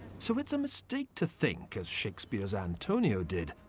so it's a mistake to think, as shakespeare's antonio did,